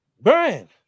Brian